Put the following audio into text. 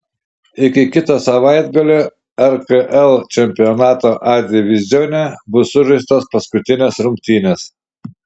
iki kito savaitgalio rkl čempionato a divizione bus sužaistos paskutinės rungtynės